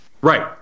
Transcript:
Right